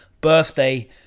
birthday